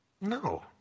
No